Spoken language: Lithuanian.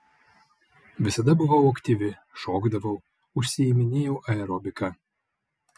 visada buvau aktyvi šokdavau užsiiminėjau aerobika